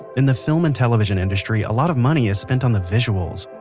in the film and television industry a lot of money is spent on the visuals.